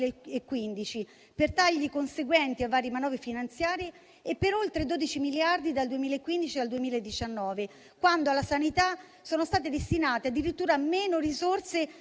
per tagli conseguenti a varie manovre finanziarie, e per oltre 12 miliardi dal 2015 al 2019, quando alla sanità sono state destinate addirittura meno risorse